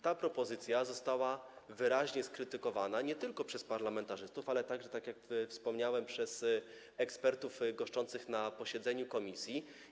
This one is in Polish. Ta propozycja została wyraźnie skrytykowana nie tylko przez parlamentarzystów, ale i przez - jak wspomniałem - ekspertów goszczących na posiedzeniu komisji.